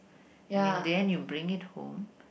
and in the end you bring it home